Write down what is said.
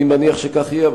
אני מניח שכך יהיה,